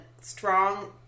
strong